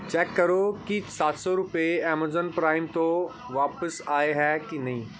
check ਕਰੋ ਕਿ ਸੱਤ ਸੌ ਰੁਪਏ ਐਮਾਜ਼ਾਨ ਪ੍ਰਾਈਮ ਤੋਂ ਵਾਪਿਸ ਆਏ ਹੈ ਕਿ ਨਹੀਂ